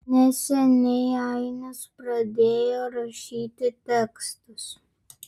neseniai ainis pradėjo rašyti tekstus